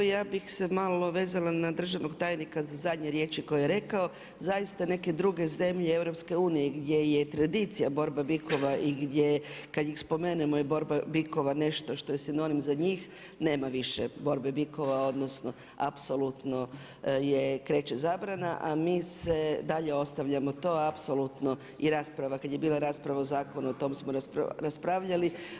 Ja bih se malo vezala na državnog tajnika za zadnje riječi koje je rekao, zaista neke druge zemlje EU gdje je tradicija borba bikova i gdje kada ih spomenemo je borba bikova nešto što je sinonim za njih nema više borbe bikova, odnosno apsolutno je, kreće zabrana a mi se dalje ostavljamo to, apsolutno i rasprava, kada je bila rasprava o zakonu o tome smo raspravljali.